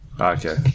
Okay